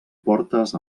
portes